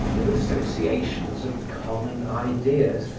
with associations of common ideas,